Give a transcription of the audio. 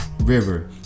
River